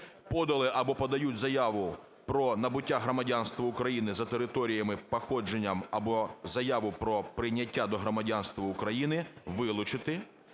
подали або подають заяву про набуття громадянства України за територіями походження, або заяву про прийняття до громадянства України" вилучити.